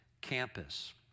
campus